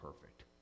perfect